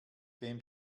wem